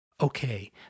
Okay